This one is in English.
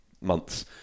months